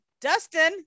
dustin